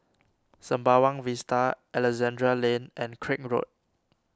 Sembawang Vista Alexandra Lane and Craig Road